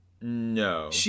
No